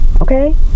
okay